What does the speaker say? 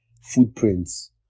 footprints